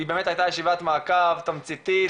היא באמת הייתה ישיבת מעקב תמציתית,